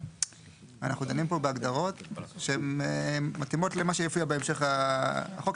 אנחנו דנים פה בהגדרות שהן מתאימות למה שיופיע בהמשך החוק.